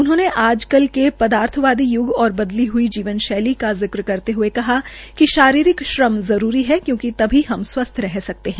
उन्होंने आजकल के पदार्थवादी यूग और बदली हई जीवन शैली का जिक्र करते हये कहा कि शारीरिक श्रम जरूरी है क्योकि तभी हम स्वस्थ रह सकते है